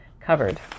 covered